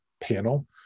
panel